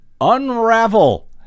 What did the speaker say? Unravel